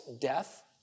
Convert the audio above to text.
death